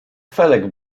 felek